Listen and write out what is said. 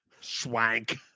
swank